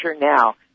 now